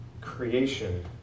Creation